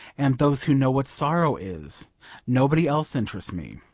and those who know what sorrow is nobody else interests me.